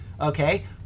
okay